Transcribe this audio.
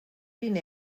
vint